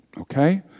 okay